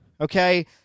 okay